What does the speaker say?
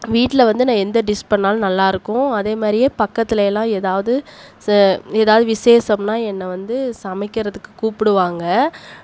வீட்டில வந்து நான் எந்த டிஸ் பண்ணாலும் நல்லாயிருக்கும் அதேமாதிரியே பக்கத்துலேல்லாம் எதாவது செ எதாவது விஷேசம்னால் என்னை வந்து சமைக்கிறதுக்கு கூப்பிடுவாங்க